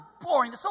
boring